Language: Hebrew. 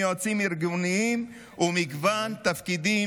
יועצים ארגוניים ומגוון תפקידים,